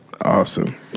Awesome